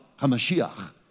HaMashiach